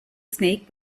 snake